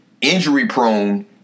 injury-prone